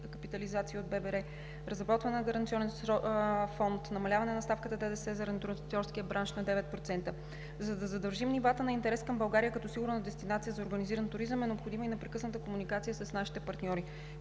капитализация от ББР, разработването на гаранционен фонд, намаляването на ставката на ДДС за ресторантьорския бранш на 9%. За да задържим нивата на интерес към България като сигурна дестинация за организиран туризъм, е необходима и непрекъсната комуникация с нашите партньори.